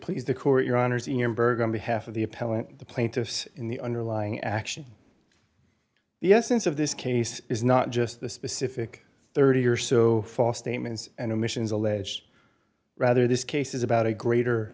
please the court your honors in your burger on behalf of the appellant the plaintiffs in the underlying action the essence of this case is not just the specific thirty or so false statements and omissions alleged rather this case is about a greater